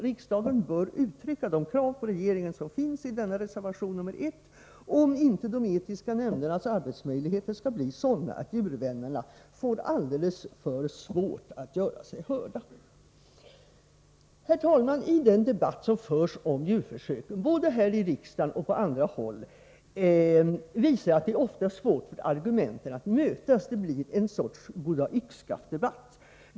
Riksdagen bör uttrycka de krav på regeringen som finns i reservation 1, om inte de etiska nämndernas arbetsmöjligheter skall bli sådana att djurvännerna får alldeles för svårt att göra sig hörda. Herr talman! I den debatt om djurförsöken som förs både här i riksdagen och på andra håll är det ofta svårt för argumenten att mötas. Det blir en sorts goddag-yxskaft-debatt.